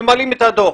ממלאים את הדוח.